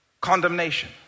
Condemnation